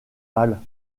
halles